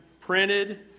printed